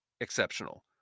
exceptional